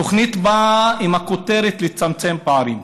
התוכנית באה עם הכותרת "צמצום פערים".